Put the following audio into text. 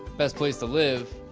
best place to live?